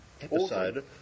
episode